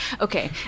Okay